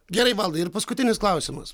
gerai valdai ir paskutinis klausimas